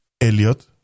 Elliot